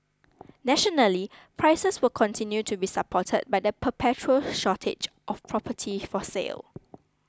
nationally prices will continue to be supported by the perpetual shortage of property for sale